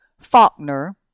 Faulkner